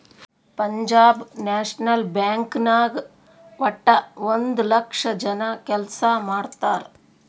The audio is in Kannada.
ಪಂಜಾಬ್ ನ್ಯಾಷನಲ್ ಬ್ಯಾಂಕ್ ನಾಗ್ ವಟ್ಟ ಒಂದ್ ಲಕ್ಷ ಜನ ಕೆಲ್ಸಾ ಮಾಡ್ತಾರ್